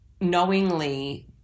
knowingly